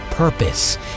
purpose